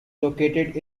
located